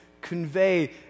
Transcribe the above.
convey